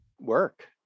work